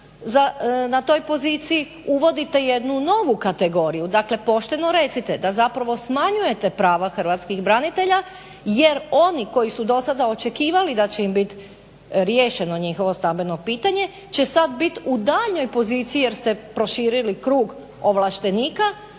na toj poziciji, uvodite jednu novu kategoriju, dakle pošteno recite da zapravo smanjujete prava hrvatskih branitelja jer oni koji su do sada očekivali da će im biti riješeno njihovo stambeno pitanje će sada biti u daljnjoj poziciji jer ste proširili krug ovlaštenika